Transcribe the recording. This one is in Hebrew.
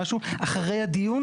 עכשיו, אגב, אם זו בנייה חדשה.